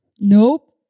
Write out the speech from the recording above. nope